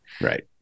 Right